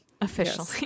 officially